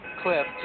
clip